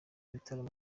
bitaramo